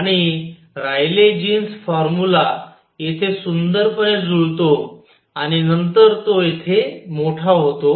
आणि Rayleigh Jeans formula येथे सुंदरपणे जुळतो आणि नंतर तो येथे मोठा होतो